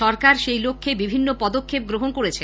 সরকার সেই লক্ষ্যে বিভিন্ন পদক্ষেপ গ্রহণ করেছে